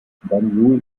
banjul